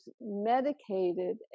medicated